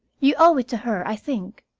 you owe it to her, i think.